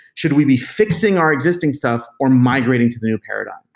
should we be fixing our existing stuff or migrating to the new paradigm?